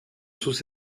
sus